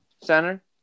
center